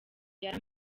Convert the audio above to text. yari